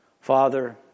Father